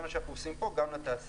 זה מה שאנחנו עושים פה גם לתעשייה.